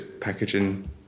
packaging